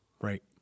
Right